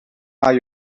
are